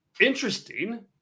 Interesting